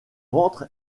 ventre